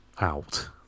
out